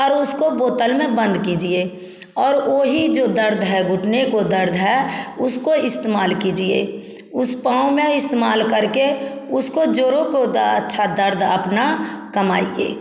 और उसको बोतल में बंद कीजिए और वही जो दर्द है घुटने को दर्द है उसको इस्तेमाल कीजिए उस पांव में इस्तेमाल करके उसको जोरो को अच्छा दर्द अपना कम कीजिए